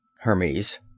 Hermes